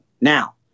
Now